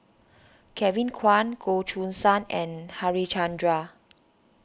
Kevin Kwan Goh Choo San and Harichandra